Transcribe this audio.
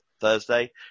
Thursday